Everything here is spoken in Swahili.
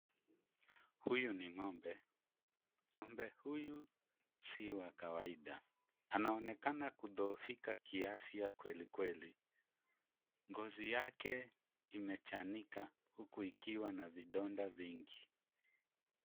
Huyu ni ng'ombe. Ng'ombe huyu si wa kawaida. Anaonekana kudhoofika kiafya kweli kweli. Ngozi yake imechanika huku ikiwa na vidonda vingi.